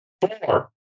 Four